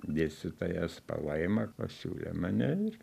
dėstytojas palaima pasiūlė mane ir